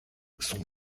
son